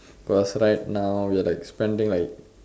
cause right now we're like spending like